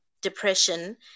depression